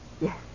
Yes